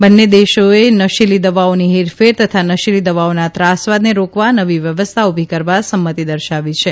બંને દેશોએ નશીલી દવાઓની હેરફેર તથા નશીલી દવાઓના ત્રાસવાદને રોકવા નવી વ્યવસ્થા ઉલી કરવા સંમતિ દર્શાવી છે